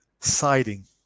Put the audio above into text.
siding